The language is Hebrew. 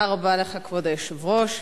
כבוד היושב-ראש,